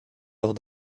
lors